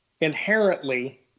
inherently